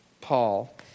Paul